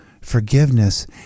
forgiveness